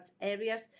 areas